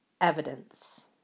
evidence